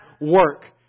work